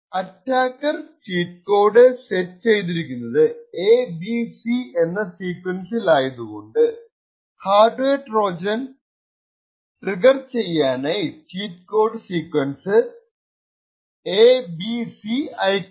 attacker cheat code set ചെയ്തിരിക്കുന്നത് A B C എന്ന sequence ലായതുകൊണ്ട്ഹാർഡ്വെയർ ട്രോജൻ ട്രിഗർ ചെയ്യാനായി ചീറ്റ് കോഡ് സീക്വൻസ് ആയി എബിസി അയക്കും